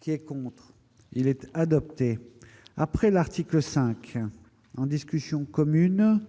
Qui est contre, il était adoptée après l'article 5 en discussion commune